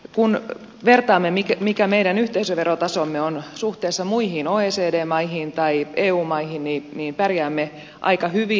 kun vertaamme mikä meidän yhteisöverotasomme on suhteessa muihin oecd maihin tai eu maihin niin pärjäämme aika hyvin